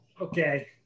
okay